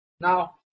Now